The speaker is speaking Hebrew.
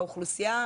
והאוכלוסייה,